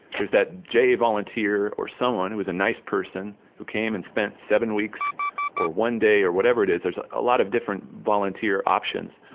there is that j volunteer or someone who is a nice person, who came and spent seven weeks or one day or whatever it is there is ah a lot of different volunteer options